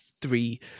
three